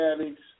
addicts